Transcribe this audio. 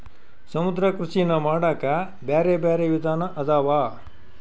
ಸಮುದ್ರ ಕೃಷಿನಾ ಮಾಡಾಕ ಬ್ಯಾರೆ ಬ್ಯಾರೆ ವಿಧಾನ ಅದಾವ